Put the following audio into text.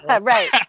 Right